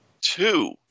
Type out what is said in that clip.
Two